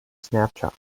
snapshot